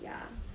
ya